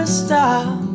stop